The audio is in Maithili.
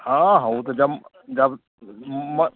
हँ हँ ओ तऽ जब जब मन